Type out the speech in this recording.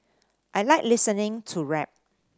I like listening to rap